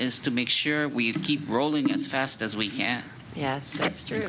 is to make sure we keep rolling as fast as we can yes that's true